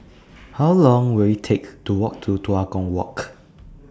How Long Will IT Take to Walk to Tua Kong Walk